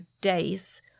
days